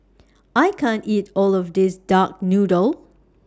I can't eat All of This Duck Noodle